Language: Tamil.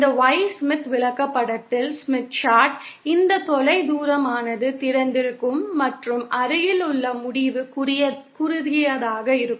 இந்த Y ஸ்மித் விளக்கப்படத்தில் இந்த தொலைதூரமானது திறந்திருக்கும் மற்றும் அருகிலுள்ள முடிவு குறுகியதாக இருக்கும்